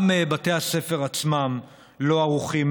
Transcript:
גם בתי הספר עצמם לא ערוכים